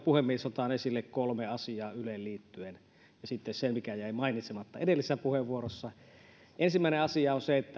puhemies otan esille kolme asiaa yleen liittyen ja sitten sen mikä jäi mainitsematta edellisessä puheenvuorossa ensimmäinen asia on se